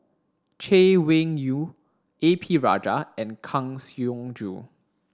Chay Weng Yew A P Rajah and Kang Siong Joo